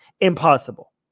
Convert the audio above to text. impossible